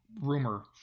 rumor